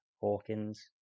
Hawkins